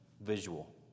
visual